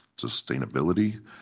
sustainability